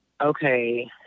Okay